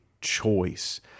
choice